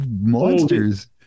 monsters